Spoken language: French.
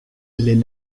les